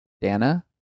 Dana